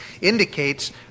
indicates